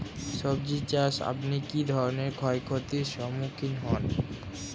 সবজী চাষে আপনি কী ধরনের ক্ষয়ক্ষতির সম্মুক্ষীণ হন?